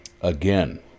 again